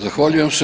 Zahvaljujem se.